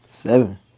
Seven